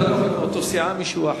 אתה לא יכול מאותה סיעה להעלות מישהו אחר.